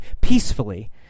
peacefully